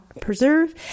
Preserve